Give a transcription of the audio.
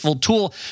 tool